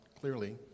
clearly